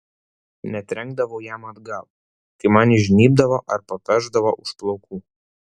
netrenkdavau jam atgal kai man įžnybdavo ar papešdavo už plaukų